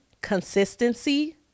consistency